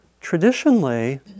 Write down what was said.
traditionally